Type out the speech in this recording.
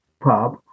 pub